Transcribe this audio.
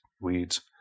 weeds